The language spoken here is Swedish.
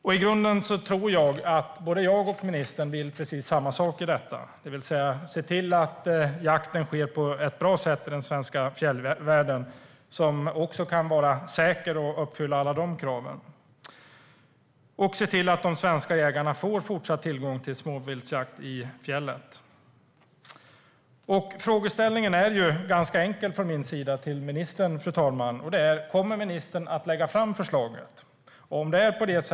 Jag tror att både jag och ministern vill precis samma sak, det vill säga se till att jakten i den svenska fjällvärlden sker på ett bra och säkert sätt som uppfyller alla krav och att de svenska jägarna får fortsatt tillgång till småviltsjakt i fjällen. Fru talman! Min fråga till ministern är ganska enkel: Kommer ministern att lägga fram förslaget?